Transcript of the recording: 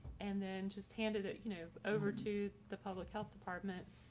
and then just handed it, you know, over to the public health department.